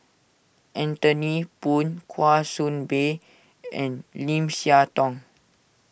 Anthony Poon Kwa Soon Bee and Lim Siah Tong